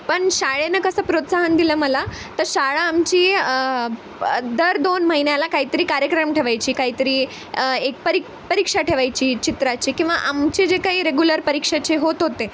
पण शाळेनं कसं प्रोत्साहन दिलं मला तर शाळा आमची दर दोन महिन्याला काहीतरी कार्यक्रम ठेवायची काहीतरी एक परी परीक्षा ठेवायची चित्राची किंवा आमचे जे काही रेगुलर परीक्षेचे होत होते